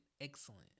excellent